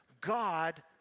God